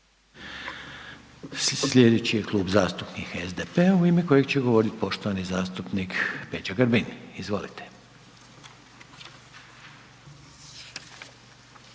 Slijedeći je Klub zastupnika SDP-a u ime kojeg će govoriti poštovani zastupnik Peđa Grbin. Izvolite.